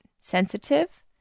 sensitive